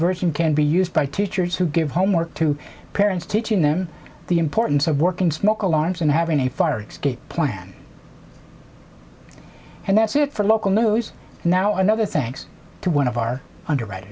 version can be used by teachers who give homework to parents teaching them the importance of working smoke alarms and having a fire exit plan and that's it for local news now another thanks to one of our underwriter